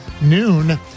noon